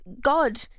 God